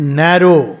narrow